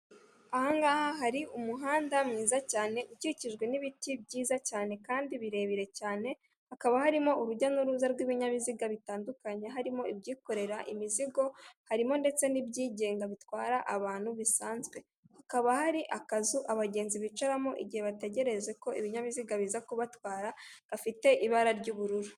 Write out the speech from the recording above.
Ahangaha hari umuhanda mwiza cyane ukikijwe n'ibiti byiza cyane kandi birebire cyane, hakaba harimo urujya n'uruza rw'ibinyabiziga bitandukanye, harimo ibyikorera imizigo, harimo ndetse n'ibyigenga bitwara abantu bisanzwe, hakaba hari akazu abagenzi bicaramo igihe bategerereza ko ibinyabiziga biza kubatwara gafite ibara ry'ubururu.